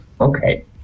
okay